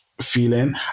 feeling